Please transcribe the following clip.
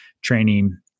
training